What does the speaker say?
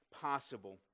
possible